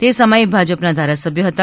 તે સમયે ભાજપના ધારાસબ્ય હતા